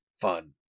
fun